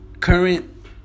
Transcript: Current